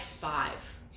five